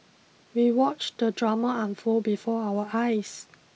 we watched the drama unfold before our eyes